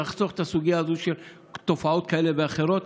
נחסוך את הסוגיה הזו של תופעות כאלה ואחרות.